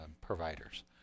providers